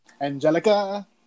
angelica